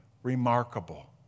remarkable